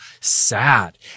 sad